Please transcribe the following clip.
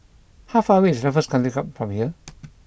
how far away is Raffles Country Club from here